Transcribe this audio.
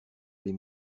les